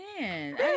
man